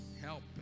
Help